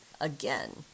again